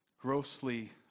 grossly